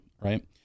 right